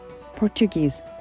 Portuguese